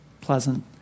pleasant